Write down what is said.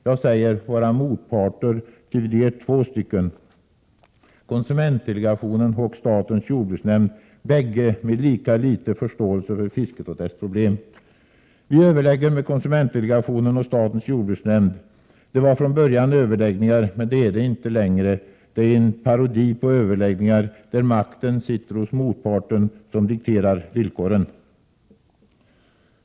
Jag säger våra motparter, ty de är två stycken — konsumentdelegationen och statens jordbruksnämnd, bägge med lika liten förståelse för fisket och dess problem. Vi överlägger med konsumentdelegationen och statens jordbruksnämnd. Det var från början överläggningar, men det är det inte längre. Det är en parodi på överläggningar, där makten sitter hos motparten, som dikterar villkoren.